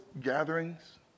gatherings